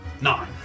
Nine